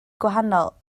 gwahanol